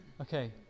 Okay